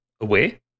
away